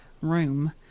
room